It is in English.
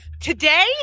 today